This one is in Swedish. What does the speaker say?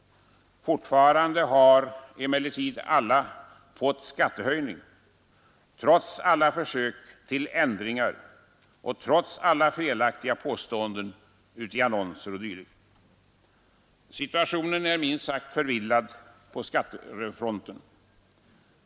Fortfarande har emellertid alla fått skattehöjning, trots alla försök till ändringar och trots alla felaktiga påståenden i annonser o. d. Situationen är minst sagt förvirrad på skattefronten.